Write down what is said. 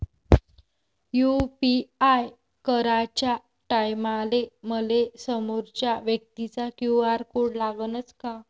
UPI कराच्या टायमाले मले समोरच्या व्यक्तीचा क्यू.आर कोड लागनच का?